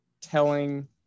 telling